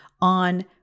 on